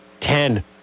Ten